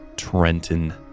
Trenton